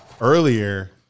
earlier